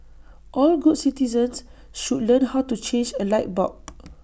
all good citizens should learn how to change A light bulb